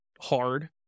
hard